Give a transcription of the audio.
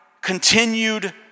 continued